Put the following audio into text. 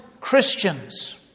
Christians